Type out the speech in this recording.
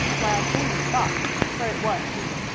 while james fox, for it was he,